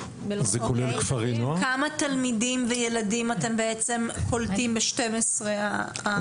כמה תלמידים וילדים אתם קולטים ב-12 המרכזים?